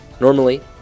Normally